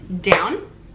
down